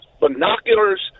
binoculars